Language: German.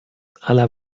aller